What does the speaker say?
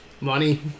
Money